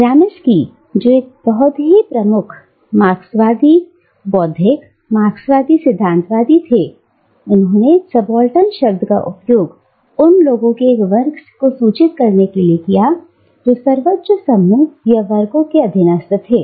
Gramsci जो एक बहुत ही प्रमुख हो मार्क्सवादी बौद्धिक मार्क्सवादी सिद्धांत वादी थे ने सबाल्टर्न शब्द का उपयोग उन लोगों के एक वर्ग को सूचित करने के लिए किया जो सर्वोच्च समूह या वर्गों के अधीनस्थ थे